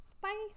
bye